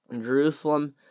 Jerusalem